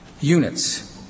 units